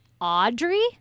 Audrey